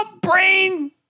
brain